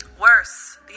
Worse